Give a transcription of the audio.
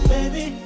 Baby